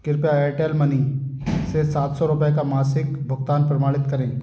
कृपया Airtel money से सात सौ रुपये का मासिक भुगतान प्रमाणित करें